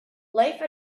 life